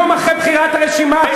יום אחרי בחירת הרשימה,